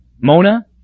Mona